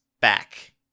back